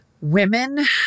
Women